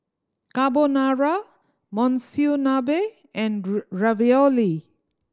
Carbonara Monsunabe and Ravioli